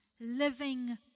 living